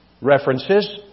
references